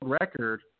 record